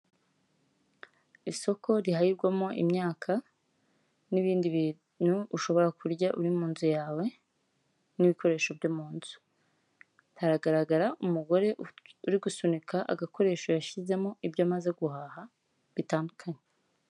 Isoko rihahirwamo imyaka n'ibindi bintu ushobora kurya uri mu nzu yawe, n'ibikoresho byo mu nzu. Haragaragara umugore uri gusunika agakoresho yashyizemo ibyo amaze guhaha bitandukanye.